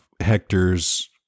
Hector's